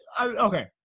okay